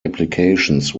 applications